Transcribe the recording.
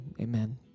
amen